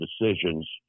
decisions